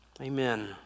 Amen